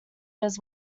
his